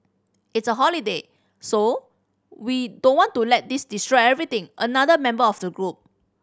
it's a holiday so we don't want to let this destroy everything another member of the group